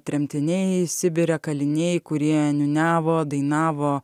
tremtiniai sibire kaliniai kurie niūniavo dainavo